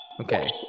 Okay